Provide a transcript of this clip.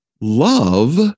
love